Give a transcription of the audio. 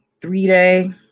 three-day